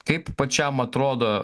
kaip pačiam atrodo